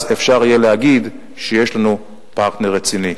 אז אפשר יהיה להגיד שיש לנו פרטנר רציני.